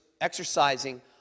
exercising